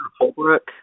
Holbrook